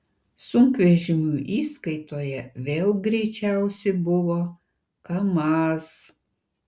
sunkvežimių įskaitoje vėl greičiausi buvo kamaz